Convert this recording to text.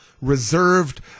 reserved